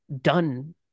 done